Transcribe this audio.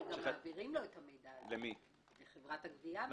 אבל מעבירים לה את המידע הזה, לחברת הגבייה.